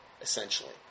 essentially